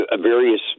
various